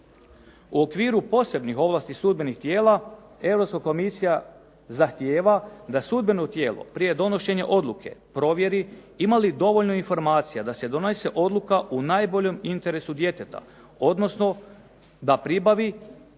U okviru posebnih ovlasti sudbenih tijela Europska Komisija zahtijeva da sudbeno tijelo, prije donošenja odluke provjeri ima li dovoljno informacija da se donese odluka u najboljem interesu djeteta, odnosno da pribavi kada je